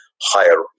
higher